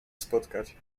spotkać